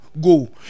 Go